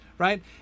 Right